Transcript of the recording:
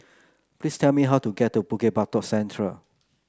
please tell me how to get to Bukit Batok Central